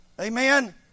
Amen